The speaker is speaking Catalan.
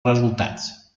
resultats